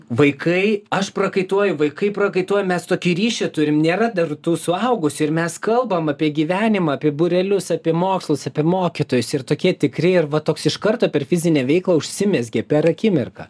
vaikai aš prakaituoju vaikai prakaituoja mes tokį ryšį turim nėra dar tų suaugusių ir mes kalbam apie gyvenimą apie būrelius apie mokslus apie mokytojus ir tokie tikri ir va toks iš karto per fizinę veiklą užsimezgė per akimirką